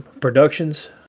Productions